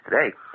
today